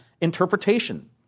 interpretation